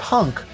Punk